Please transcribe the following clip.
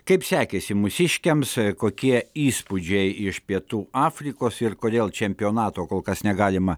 kaip sekėsi mūsiškiams kokie įspūdžiai iš pietų afrikos ir kodėl čempionato kol kas negalima